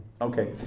Okay